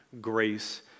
grace